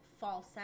false